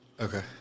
Okay